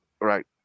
Right